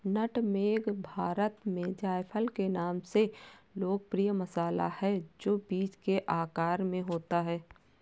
नट मेग भारत में जायफल के नाम से लोकप्रिय मसाला है, जो बीज के आकार में होता है